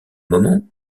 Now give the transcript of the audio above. moment